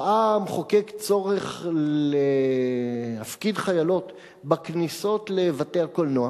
ראה המחוקק צורך להפקיד חיילות בכניסות לבתי-הקולנוע